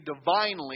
divinely